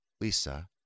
Lisa